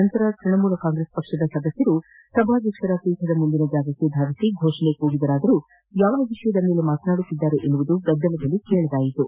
ನಂತರ ತ್ಯಣಮೂಲ ಕಾಂಗ್ರೆಸ್ ಪಕ್ಷದ ಸದಸ್ನರೂ ಸಭಾಧ್ಯಕ್ಷರ ಪೀಠದ ಮುಂದಿನ ಜಾಗಕ್ಷೆ ಧಾವಿಸಿ ಘೋಷಣೆ ಕೂಗಿದರಾದರೂ ಯಾವ ವಿಷಯದ ಮೇಲೆ ಮಾತನಾಡುತ್ತಿದ್ದಾರೆ ಎಂಬುದು ಗದ್ದಲದಲ್ಲಿ ಕೇಳದಾಯಿತು